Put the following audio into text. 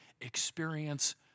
experience